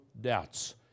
doubts